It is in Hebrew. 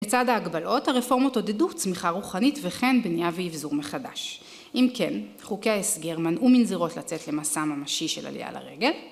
מצד ההגבלות הרפורמות עודדו צמיחה רוחנית וכן בנייה ואיבזור מחדש אם כן חוקי ההסגר מנעו מנזירות לצאת למסע ממשי של עלייה לרגל